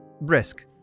brisk